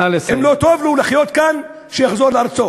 אם לא טוב לו לחיות כאן, שיחזור לארצו.